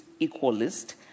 equalist